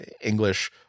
English